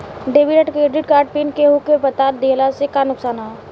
Debit या credit card PIN केहूके बता दिहला से का नुकसान ह?